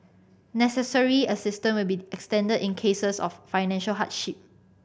necessary assistant will be extended in cases of financial hardship